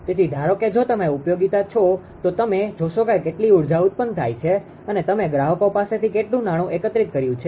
તેથી ધારો કે જો તમે ઉપયોગીતા છો તો તમે જોશો કે કેટલી ઊર્જા ઉત્પન્ન થાય છે અને તમે ગ્રાહકો પાસેથી કેટલું નાણું એકત્રિત કર્યું છે